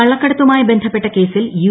കള്ളക്കടത്തുമായി ബന്ധപ്പെട്ട കേസിൽ യു